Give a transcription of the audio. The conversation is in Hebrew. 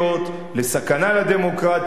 לסכנה לדמוקרטיה,